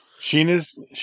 Sheena's